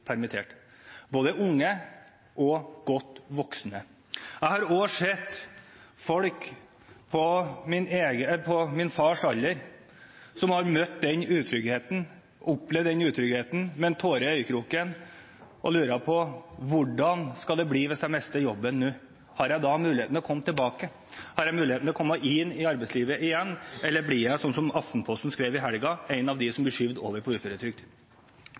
permittert? Det gjelder både unge og godt voksne. Jeg har også sett folk på min fars alder som har opplevd den utryggheten, med en tåre i øyekroken, og som lurer på: Hvordan skal det bli hvis jeg mister jobben nå? Har jeg da muligheten til å komme tilbake? Har jeg muligheten til å komme inn i arbeidslivet igjen? Eller blir jeg, slik som Aftenposten skrev i helgen, en av dem som blir skjøvet over på uføretrygd? Derfor er en av de